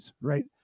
right